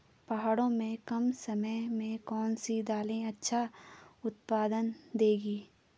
पहाड़ों में कम समय में कौन सी दालें अच्छा उत्पादन देंगी?